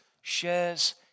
shares